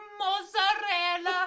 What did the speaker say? mozzarella